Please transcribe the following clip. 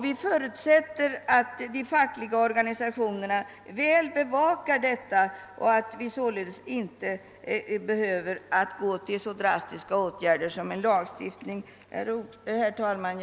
Vi förutsätter att de fackliga organisationerna väl bevakar saken. Herr talman! Jag yrkar bifall till utskottets förslag.